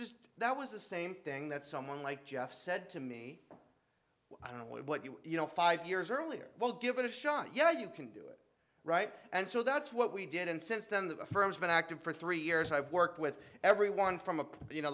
just that was the same thing that someone like jeff said to me i don't want you you know five years earlier well give it a shot you know you can do it right and so that's what we did and since then the firm's been active for three years i've worked with everyone from you know